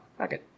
Okay